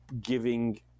giving